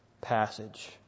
passage